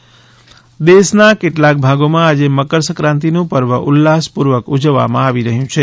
મકરસંક્રાંતિ દેશના કેટલાક ભાગોમાં આજે મકરસંક્રાંતિનું પર્વ ઉલ્લાસપૂર્વક ઉજવવામાં આવી રહ્યું છે